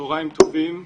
צוהריים טובים.